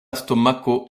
stomako